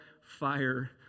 fire